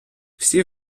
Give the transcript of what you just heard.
всі